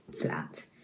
flat